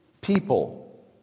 people